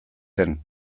zen